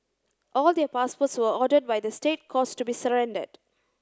all their passports were ordered by the State Courts to be surrendered